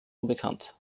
unbekannt